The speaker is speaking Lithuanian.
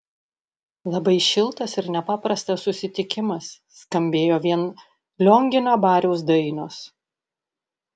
labai šiltas ir nepaprastas susitikimas skambėjo vien liongino abariaus dainos